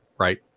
Right